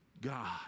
God